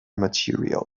material